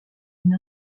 une